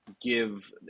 give